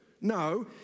No